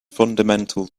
fundamental